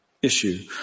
Issue